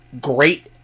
great